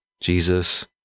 Jesus